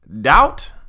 doubt